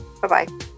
Bye-bye